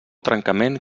trencament